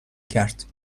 کرد